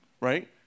right